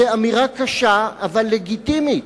זו אמירה קשה אבל לגיטימית,